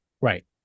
Right